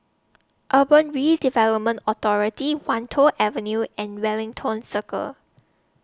Urban Redevelopment Authority Wan Tho Avenue and Wellington Circle